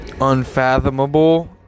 Unfathomable